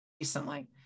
recently